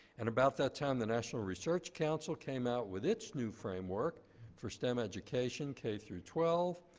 and about that time the national research council came out with its new framework for stem education, k through twelve,